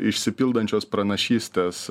išsipildančios pranašystės